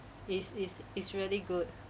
is is is really good